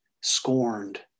scorned